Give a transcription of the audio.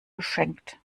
geschenkt